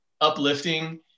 uplifting